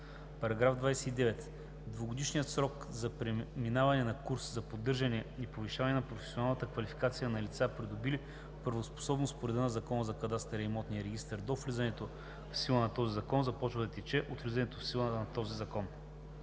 закон. § 29. Двугодишният срок за преминаване на курс за поддържане и повишаване на професионалната квалификация на лицата, придобили правоспособност по реда на Закона за кадастъра и имотния регистър до влизането в сила на този закон, започва да тече от влизането в сила на този закон.“